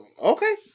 Okay